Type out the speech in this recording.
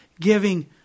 giving